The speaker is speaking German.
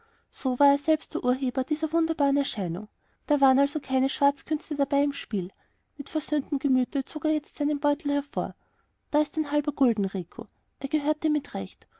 so war er selbst der urheber dieser wunderbaren erscheinung da waren also keine schwarzkünste dabei im spiel mit versöhntem gemüte zog er jetzt seinen beutel hervor da ist ein halber gulden rico er gehört dir mit recht